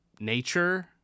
nature